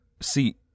See